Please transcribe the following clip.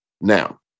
Now